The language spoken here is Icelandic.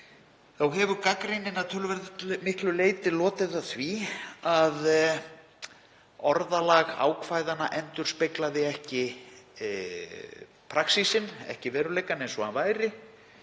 hefur að töluvert miklu leyti lotið að því að orðalag ákvæðanna endurspeglaði ekki praxísinn, ekki veruleikann eins og hann væri,